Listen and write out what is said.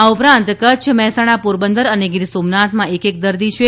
આ ઉપરાંત કચ્છ મહેસાણા પોરબંદર અને ગીરસોમનાથમાં એક એક દર્દીઓ છે